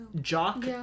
Jock